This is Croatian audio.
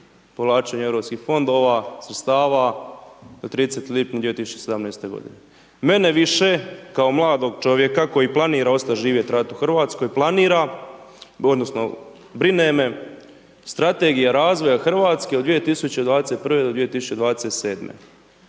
povlačenju Europskih fondova, sredstava od 31. lipnja 2017. godine. Mene više kao mladog čovjeka koji planira ostat' živjet, radit u Hrvatskoj, planira odnosno brine me Strategija razvoja Hrvatske od 2021. do 2027., mi